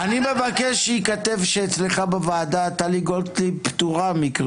אני מבקש שייכתב שאצלך בוועדה טלי גוטליב פטורה מקריאות ביניים.